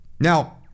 Now